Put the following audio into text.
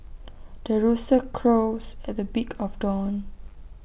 the rooster crows at the beak of dawn